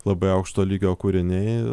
labai aukšto lygio kūriniai